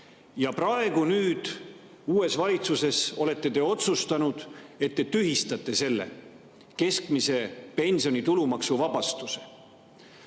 Nüüd uues valitsuses olete te otsustanud, et te tühistate keskmise pensioni tulumaksuvabastuse.